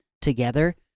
together